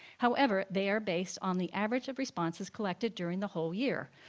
however, they are based on the average of responses collected during the whole year,